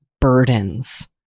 burdens